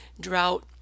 drought